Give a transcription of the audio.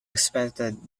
expected